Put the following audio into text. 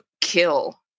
kill